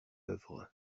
œuvre